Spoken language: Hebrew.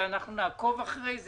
שאנחנו נעקוב אחרי זה?